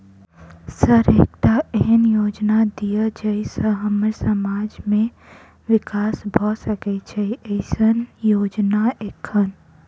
Sir एकटा एहन योजना दिय जै सऽ हम्मर समाज मे विकास भऽ सकै छैय एईसन योजना एखन?